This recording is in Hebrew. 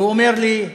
והוא אמר לי: